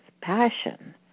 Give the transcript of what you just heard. passion